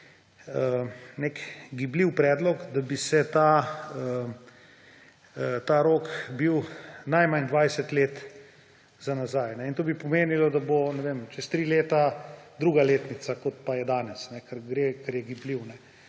nek gibljiv predlog, da bi ta rok bil najmanj 20 let za nazaj. In to bi pomenilo, da bo čez tri leta druga letnica, kot pa je danes, ker je gibljivo.